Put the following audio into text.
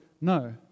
No